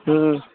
हूँ